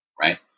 Right